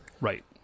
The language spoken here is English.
Right